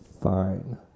Fine